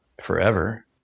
forever